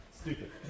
stupid